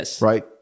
right